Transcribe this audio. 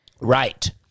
Right